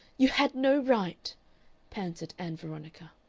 you had no right panted ann veronica.